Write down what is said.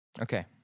Okay